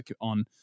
on